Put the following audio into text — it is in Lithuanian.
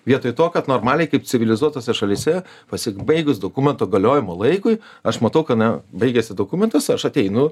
vietoje to kad normaliai kaip civilizuotose šalyse pasibaigus dokumento galiojimo laikui aš matau kada baigiasi dokumentas aš ateinu